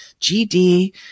GD